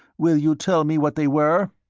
will you tell me what they were?